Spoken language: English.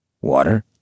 Water